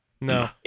no